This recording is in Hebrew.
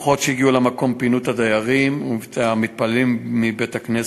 הכוחות שהגיעו למקום פינו את הדיירים והמתפללים מבית-הכנסת